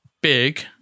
big